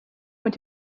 mit